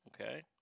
Okay